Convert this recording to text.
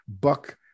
buck